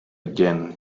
again